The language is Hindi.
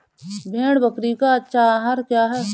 भेड़ बकरी का अच्छा आहार क्या है?